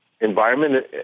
environment